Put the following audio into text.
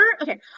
okay